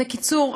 בקיצור,